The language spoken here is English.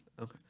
Okay